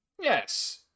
Yes